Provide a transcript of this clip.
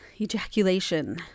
ejaculation